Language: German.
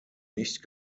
nicht